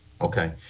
Okay